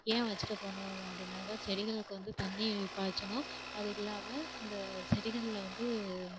ஏன் வச்சிட்டு போகணுன்னா அப்படின்னாக்க செடிகளுக்கு வந்து தண்ணி பாய்ச்சணும் அது இல்லாமல் அந்த செடிகளில் வந்து